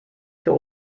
für